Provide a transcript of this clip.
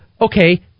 okay